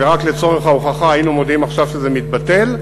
ורק לצורך ההוכחה היינו מודיעים עכשיו שזה מתבטל,